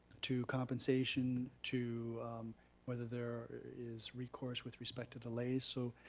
to compensation, to whether there is recourse with respect to delay. so,